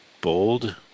bold